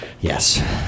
Yes